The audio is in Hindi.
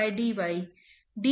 यह आपको घर्षण गुणांक देता है